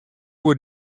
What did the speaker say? oer